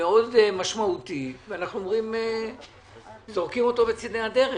מאוד משמעותי וזורקים אותו לצידי הדרך.